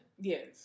Yes